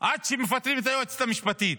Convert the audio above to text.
עד שמפטרים את היועצת המשפטית,